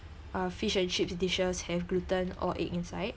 uh fish and chips dishes have gluten or egg inside